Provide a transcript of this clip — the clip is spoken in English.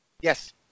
Yes